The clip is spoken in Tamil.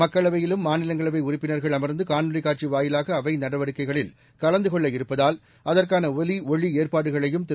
மக்களவையிலும் மாநிலங்களவை உறுப்பினர்கள் அமர்ந்து காணொலிக் காட்சி வாயிலாக அவை நடவடிக்கைகளில் கலந்து கொள்ளவிருப்பதால் அதற்கான ஒலி அஒளி ஏற்பாடுகளையும் திரு